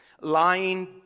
lying